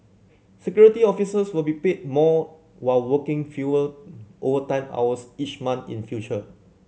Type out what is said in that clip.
Security Officers will be paid more while working fewer overtime hours each month in future